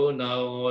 now